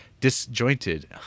disjointed